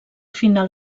final